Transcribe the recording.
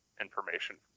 information